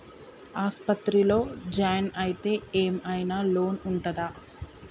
ఆస్పత్రి లో జాయిన్ అయితే ఏం ఐనా లోన్ ఉంటదా?